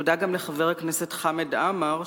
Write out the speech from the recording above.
תודה גם לחבר הכנסת חמד עמאר,